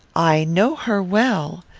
i know her well.